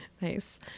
Nice